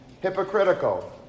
Hypocritical